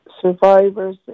Survivors